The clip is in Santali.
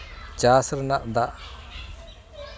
ᱪᱟᱥ ᱨᱮᱱᱟᱜ ᱫᱟᱜ